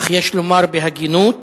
אך יש לומר בהגינות